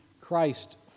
Christ